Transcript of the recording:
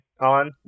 on